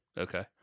okay